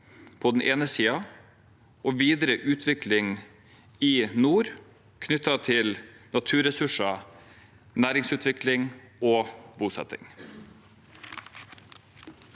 kulturutøvelse og videre utvikling i nord knyttet til naturressurser, næringsutvikling og bosetting.